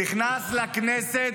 נכנס לכנסת